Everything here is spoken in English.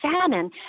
salmon